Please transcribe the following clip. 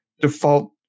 default